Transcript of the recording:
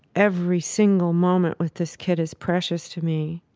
every single moment with this kid is precious to me,